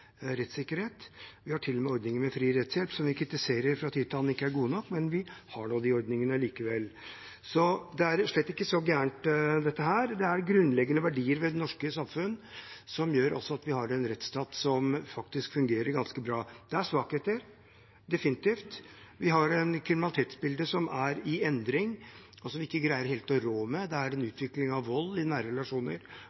rettssikkerhet. Vi har til og med ordninger med fri rettshjelp, som vi fra tid til annen kritiserer ikke er gode nok, men vi har nå disse ordningene likevel. Det er rett og slett ikke så galt, dette. Det er grunnleggende verdier ved det norske samfunn, som gjør at vi også har en rettsstat som faktisk fungerer ganske bra. Det er svakheter, definitivt. Vi har et kriminalitetsbilde som er i endring, og som vi ikke helt greier å rå med. Det er en